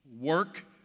work